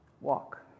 walk